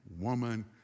woman